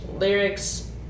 lyrics